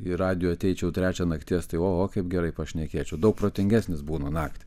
į radijo ateičiau trečią nakties tai o o kaip gerai pašnekėčiau daug protingesnis būnu naktį